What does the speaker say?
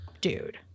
dude